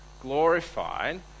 glorified